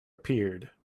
appeared